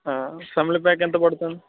family pack ఎంత పడుతుంది